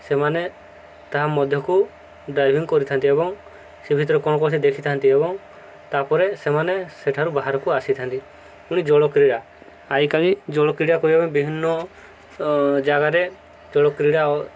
ସେମାନେ ତାହା ମଧ୍ୟକୁ ଡ୍ରାଇଭିଂ କରିଥାନ୍ତି ଏବଂ ସେ ଭିତରେ କ'ଣ କଣ ଥାଏ ଦେଖିଥାନ୍ତି ଏବଂ ତାପରେ ସେମାନେ ସେଠାରୁ ବାହାରକୁ ଆସିଥାନ୍ତି ପୁଣି ଜଳ କ୍ରୀଡ଼ା ଆଜିକାଲି ଜଳ କ୍ରୀଡ଼ା କରିବା ପାଇଁ ବିଭିନ୍ନ ଜାଗାରେ ଜଳ କ୍ରୀଡ଼ା